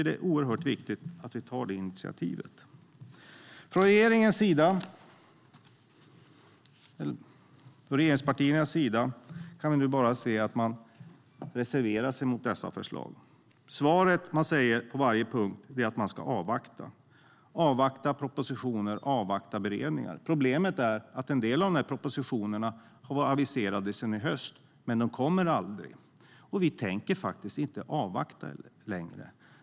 Det är oerhört viktigt att ta det initiativet. Regeringspartierna reserverar sig mot förslagen. Deras svar på varje punkt är att avvakta propositioner och beredningar. Problemet är att en del av propositionerna var aviserade att läggas fram under hösten, men de kom aldrig. Vi tänker faktiskt inte avvakta längre.